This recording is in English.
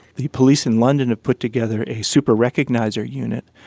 the police in london have put together a super-recogniser unit,